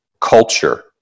culture